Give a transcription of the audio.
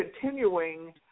continuing